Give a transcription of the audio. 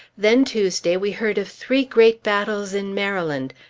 then tuesday we heard of three great battles in maryland,